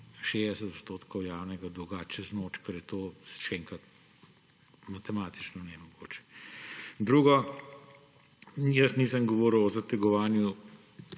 60 % javnega dolga čez noč, ker je to, še enkrat, matematično nemogoče. Drugo, jaz nisem govoril o zategovanju